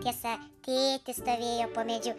tiesa tėtis stovėjo po medžiu